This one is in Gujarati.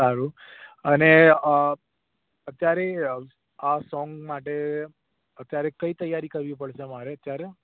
સારું અને અત્યારે આ સોંગ માટે અત્યારે કઈ તૈયારી કરવી પડશે મારે અત્યારે